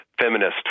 feminist